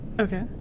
Okay